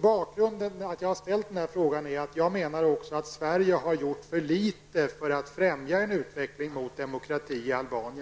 Bakgrunden till min fråga är att jag menar att Sverige har gjort för litet för att främja en utveckling mot demokrati i Albanien.